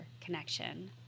connection